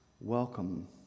welcome